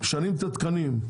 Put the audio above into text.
משנים את התקנים,